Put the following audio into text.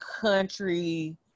country